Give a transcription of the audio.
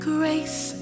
Grace